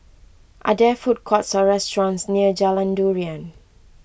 are there food courts or restaurants near Jalan Durian